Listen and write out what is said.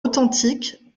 authentiques